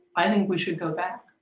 i think we should go back.